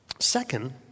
Second